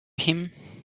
him